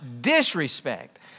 disrespect